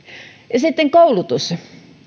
ja sitten koulutus